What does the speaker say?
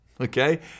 Okay